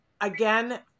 Again